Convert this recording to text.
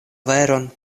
veron